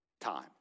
time